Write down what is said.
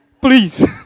Please